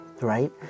right